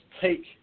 take